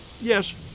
yes